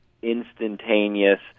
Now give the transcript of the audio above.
instantaneous